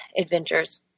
adventures